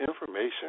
information